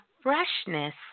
freshness